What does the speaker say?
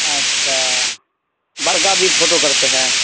اچھا بڑکا بھی فوٹو کرتے ہیں